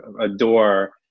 adore